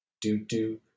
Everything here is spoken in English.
do-do